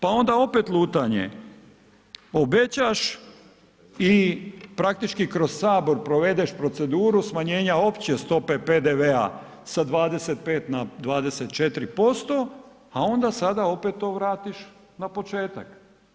Pa onda opet lutanje, obećaš i praktički kroz sabor provedeš proceduru smanjenja opće stope PDV-a sa 25 na 24%, a onda sada opet to vratiš na početak.